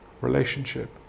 relationship